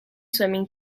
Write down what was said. swimming